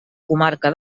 comarca